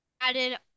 added